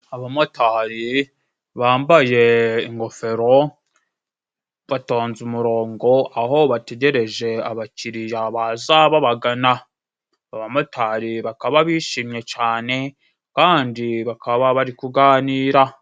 Abamotari bambaye ingofero batonze umurongo, aho bategereje abakiriya baza babagana. Abamotari bakaba bishimye cane, kandi bakaba bari kuganira.